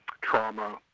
trauma